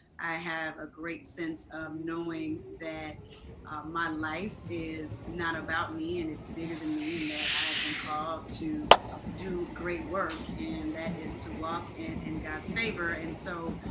i have a great sense of knowing that my life is not about me, and it's bigger than me, and that i have been called to do great work. and that is to walk in god's favor. and so